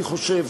אני חושב